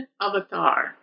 avatar